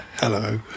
Hello